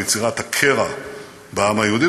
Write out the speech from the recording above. מיצירת קרע בעם היהודי,